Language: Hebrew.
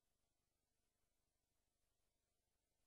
והכבאות, בהשקעות